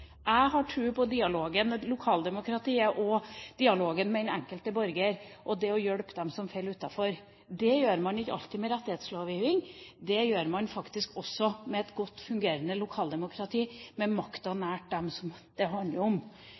Jeg har tro på dialogen, på lokaldemokratiet og dialogen med den enkelte borger, og det å hjelpe dem som faller utenfor. Det gjør man ikke alltid med rettighetslovgivning. Det gjør man faktisk også med et godt fungerende lokaldemokrati, med makten nær dem det handler om.